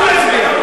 תעשו את זה.